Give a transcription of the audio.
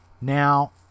Now